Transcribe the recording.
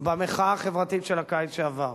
במחאה החברתית של הקיץ שעבר,